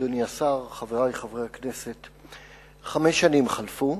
אדוני השר, חברי חברי הכנסת, חמש שנים חלפו.